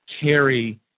carry